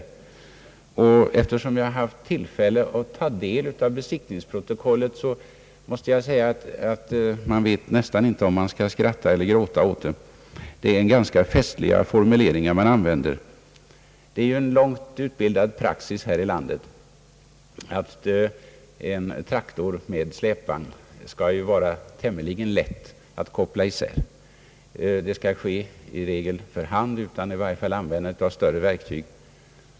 Eftersom jag haft tillfälle att ta del av besiktningsprotokollet, måste jag säga att man inte vet om man skall skratta eller gråta. Det är ganska festliga formuleringar som användes. Det är en länge utbildad praxis här i landet att en traktor med släpvagn skall vara tämligen lätt att koppla isär. Det skall i regel ske för hand, utan användande av större verktyg.